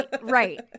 right